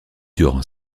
durant